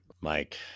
Mike